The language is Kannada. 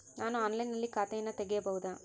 ನಾನು ಆನ್ಲೈನಿನಲ್ಲಿ ಖಾತೆಯನ್ನ ತೆಗೆಯಬಹುದಾ?